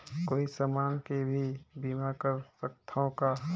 कोई समान के भी बीमा कर सकथव का?